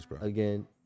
again